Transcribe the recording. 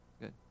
Good